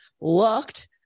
looked